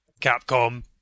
Capcom